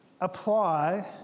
apply